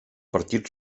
partit